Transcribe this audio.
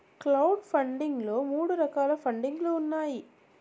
crowd funding లో మూడు రకాల పండింగ్ లు ఉన్నాయి